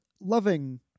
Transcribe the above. loving